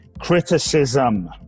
Criticism